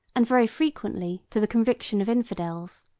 and very frequently to the conviction of infidels.